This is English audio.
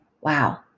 Wow